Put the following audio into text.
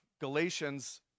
Galatians